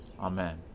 Amen